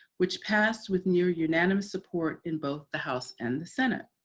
which passed with near unanimous support in both the house and the senate.